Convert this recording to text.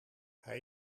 hij